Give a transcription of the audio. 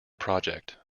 project